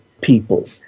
people